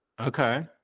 Okay